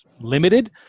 limited